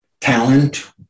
talent